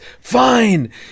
Fine